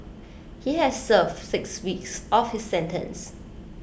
he has served six weeks of his sentence